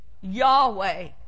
Yahweh